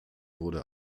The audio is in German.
wurde